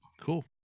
Cool